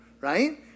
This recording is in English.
right